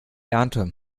ernte